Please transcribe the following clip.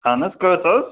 اہن حظ کٔژ حظ